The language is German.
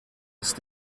ist